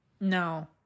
no